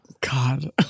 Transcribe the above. God